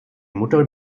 mutter